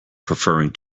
preferring